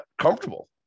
comfortable